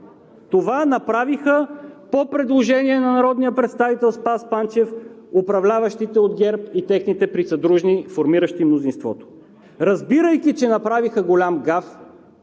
Това направиха по предложение на народния представител Спас Панчев управляващите от ГЕРБ и техните присъдружни, формиращи мнозинството. Разбирайки, че направиха голям гаф,